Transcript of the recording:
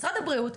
משרד הבריאות,